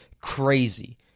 crazy